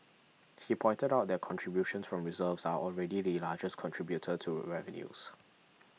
he pointed out that contributions from reserves are already the largest contributor to revenues